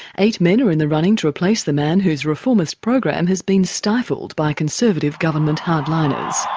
eight men are in the running to replace the man whose reformist program has been stifled by conservative government hardliners.